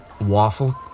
waffle